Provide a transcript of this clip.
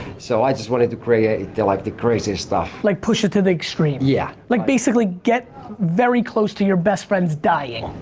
so i just wanted to create the like the craziest stuff. like push it to the extreme? yeah like basically get very close to your best friends dying.